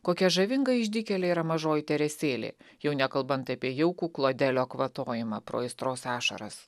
kokia žavinga išdykėlė yra mažoji teresėlė jau nekalbant apie jaukų klodelio kvatojimą pro aistros ašaras